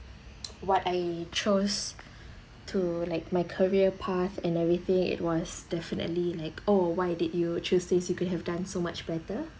what I chose to like my career path and everything it was definitely like oh why did you choose this you could have done so much better